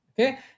okay